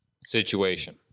situation